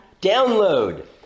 Download